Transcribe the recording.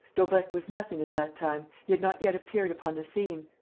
daubrecq was nothing at that time he had not yet appeared upon the scene.